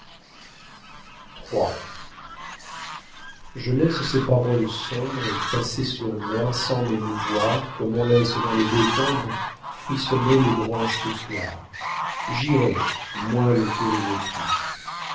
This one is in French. je laisse ces paroles sombres passer sur moi sans m'émouvoir comme on laisse dans les décombres frissonner les branches le s oir j'irai moi le curieux triste